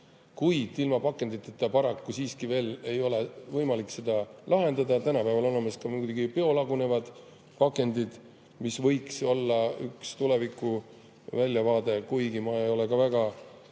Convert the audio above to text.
Kuid ilma pakenditeta paraku siiski veel ei ole võimalik seda lahendada. Tänapäeval on olemas muidugi ka biolagunevad pakendid, mis võiks olla üks tulevikuväljavaade, kuigi ma ei ole väga